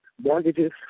mortgages